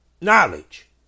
knowledge